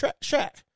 Shack